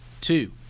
two